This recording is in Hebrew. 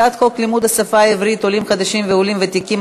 הצעת חוק לימוד השפה העברית (עולים חדשים ועולים ותיקים),